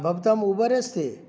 भवतां ऊबर् अस्ति